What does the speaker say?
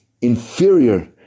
inferior